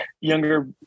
Younger